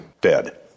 Dead